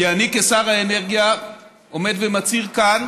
כי אני כשר האנרגיה עומד ומצהיר כאן: